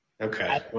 Okay